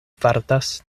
fartas